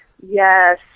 yes